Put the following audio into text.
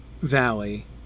valley